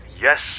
Yes